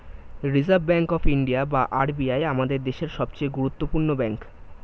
reserve Bank of India বা RBI আমাদের দেশের সবচেয়ে গুরুত্বপূর্ণ ব্যাঙ্ক